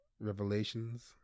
revelations